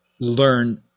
learn